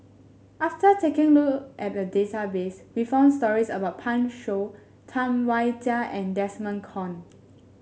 after taking a look at the database we found stories about Pan Shou Tam Wai Jia and Desmond Kon